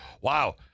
wow